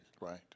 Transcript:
Right